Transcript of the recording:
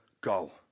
go